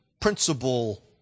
principle